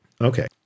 Okay